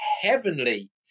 heavenly